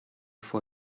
vor